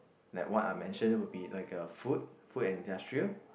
like what I mention will be like a food food industrial